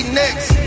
next